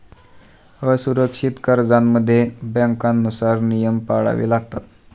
असुरक्षित कर्जांमध्ये बँकांनुसार नियम पाळावे लागतात